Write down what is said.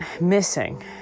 missing